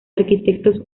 arquitectos